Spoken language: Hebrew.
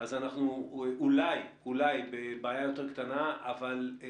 אז אולי הבעיה קטנה יותר.